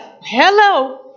Hello